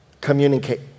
communicate